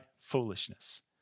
foolishness